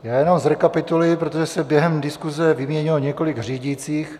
Jenom zrekapituluji, protože se během diskuse vyměnilo několik řídících.